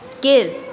Give